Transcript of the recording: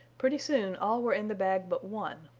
pretty soon all were in the bag but one,